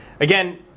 Again